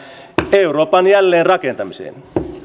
euroopan jälleenrakentamiseen